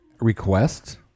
request